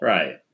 Right